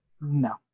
No